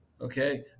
Okay